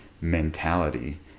mentality